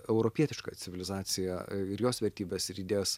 europietišką civilizaciją ir jos vertybes ir idėjas